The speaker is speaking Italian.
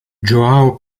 joão